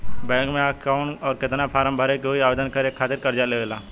Bank मे आ के कौन और केतना फारम भरे के होयी आवेदन करे के खातिर कर्जा लेवे ला?